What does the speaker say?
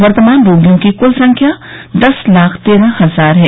वर्तमान रोगियों की क्ल संख्या दस लाख तेरह हजार है